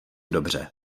dobře